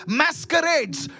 masquerades